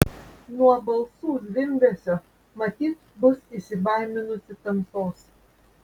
nuo balsų zvimbesio matyt bus įsibaiminusi tamsos